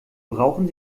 brauchen